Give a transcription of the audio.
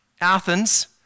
Athens